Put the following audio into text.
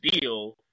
deal –